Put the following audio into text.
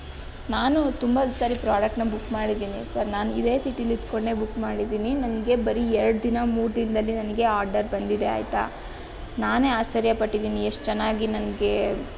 ನಾನೂ ತುಂಬ ಸರಿ ಪ್ರಾಡಕ್ಟನ್ನು ಬುಕ್ ಮಾಡಿದ್ದೀನಿ ಸರ್ ನಾನು ಇದೇ ಸಿಟಿಯಲ್ಲಿ ಇದ್ದುಕೊಂಡೇ ಬುಕ್ ಮಾಡಿದ್ದೀನಿ ನನಗೆ ಬರೀ ಎರಡು ದಿನ ಮೂರು ದಿನದಲ್ಲಿ ನನಗೆ ಆಡರ್ ಬಂದಿದೆ ಆಯಿತಾ ನಾನೇ ಆಶ್ಚರ್ಯಪಟ್ಟಿದ್ದೀನಿ ಎಷ್ಟು ಚೆನ್ನಾಗಿ ನನಗೆ